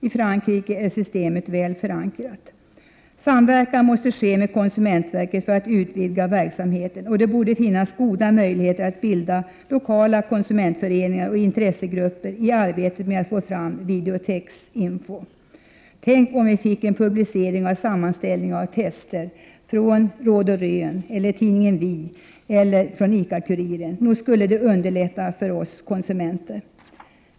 I Frankrike är systemet väl förankrat. Samverkan måste ske med konsumentverket för att utvidga verksamheten, och det borde finnas goda möjligheter att bilda lokala konsumentföreningar och intressegrupper i arbetet med att få fram mer videotexinformation. Tänk om vi fick en publicering av sammanställningar av tester från Råd och Rön, tidningen Vi eller ICA-kuriren! Nog skulle det underlätta för oss konsumenter!